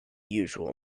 usual